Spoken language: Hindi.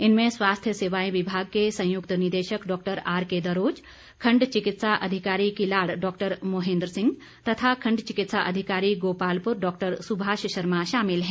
इनमें स्वास्थ्य सेवाएं विभाग के संयुक्त निदेशक डॉ आरके दरोच खंड चिकित्सा अधिकारी किलाड़ डॉ मोहिंद्र सिंह तथा खंड चिकित्सा अधिकारी गोपालपुर डॉ सुभाष शर्मा शामिल हैं